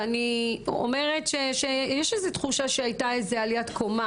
ואני אומרת שיש איזו תחושה שהייתה איזו עליית מדרגה